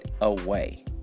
away